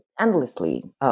endlessly